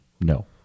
No